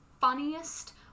funniest